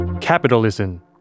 Capitalism